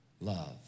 love